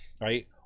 Right